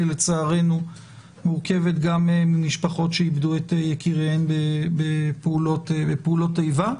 לצערנו מורכבת גם ממשפחות שאיבדו את יקיריהן בפעולות איבה.